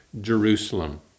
Jerusalem